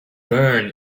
burn